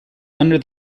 under